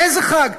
איזה חג?